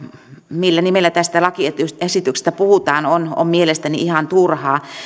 millä nimellä tästä lakiesityksestä puhutaan on on mielestäni ihan turhaa